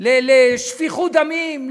לשפיכות דמים.